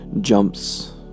jumps